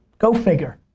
go figure?